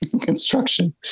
construction